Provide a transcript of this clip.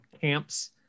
camps